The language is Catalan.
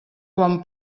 quan